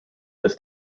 this